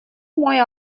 мой